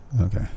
Okay